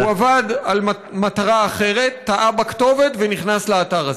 הוא עבד על מטרה אחרת, טעה בכתובת ונכנס לאתר הזה.